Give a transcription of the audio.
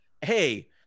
hey